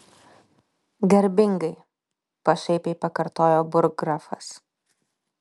garbingai pašaipiai pakartojo burggrafas